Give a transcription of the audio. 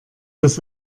das